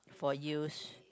for use